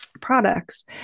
products